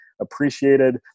appreciated